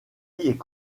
est